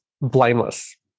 blameless